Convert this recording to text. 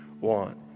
want